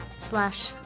slash